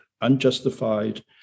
unjustified